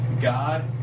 God